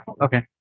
Okay